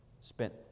spent